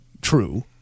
True